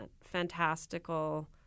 fantastical